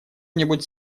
нибудь